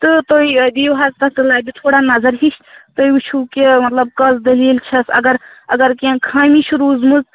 تہٕ تُہۍ دِیو حظ تَتھ تہِ لَبہِ تھوڑا نظر ہِش تُہۍ وُچھو کہِ مطلب کۄس دلیٖل چھَس اگر اگر کیٚنٛہہ خامی چھِ روٗزمٕژ